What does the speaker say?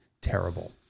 terrible